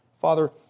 Father